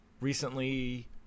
recently